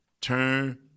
Turn